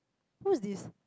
who's this